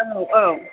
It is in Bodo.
औ औ